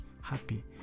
happy